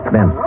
Ben